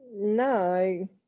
no